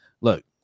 look